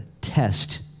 test